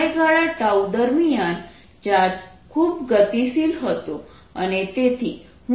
સમયગાળા દરમિયાન ચાર્જ ખૂબ ગતિશીલ હતો